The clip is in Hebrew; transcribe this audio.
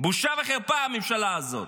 בושה וחרפה הממשלה הזאת.